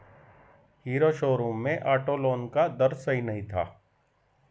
hero showroom में auto loan का दर सही नहीं था